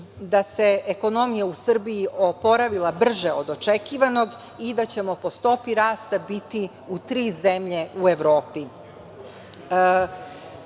da se ekonomija u Srbiji oporavila brže od očekivanog i da ćemo po stopi rasta biti u tri zemlje u Evropi. Sve